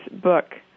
book